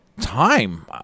time